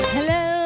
Hello